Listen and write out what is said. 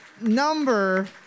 number